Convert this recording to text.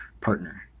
partner